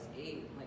eight